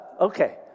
Okay